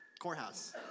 Courthouse